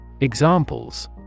Examples